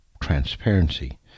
transparency